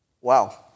Wow